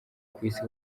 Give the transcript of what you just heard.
kwisi